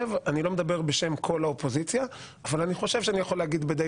מדבר בשם כל האופוזיציה אבל אני יכול להגיד די